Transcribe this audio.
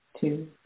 two